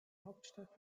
hauptstadt